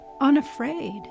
unafraid